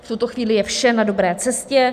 V tuto chvíli je vše na dobré cestě.